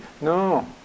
no